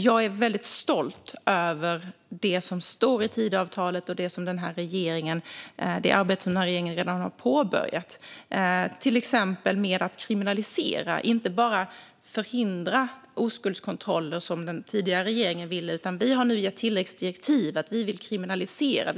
Jag är stolt över det som står i Tidöavtalet och det arbete som regeringen redan påbörjat, till exempel med att kriminalisera oskuldskontroller - inte bara förhindra dem som den tidigare regeringen ville. Vi har nu gett tillläggsdirektiv om att vi vill kriminalisera detta.